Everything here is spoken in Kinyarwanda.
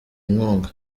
inkunga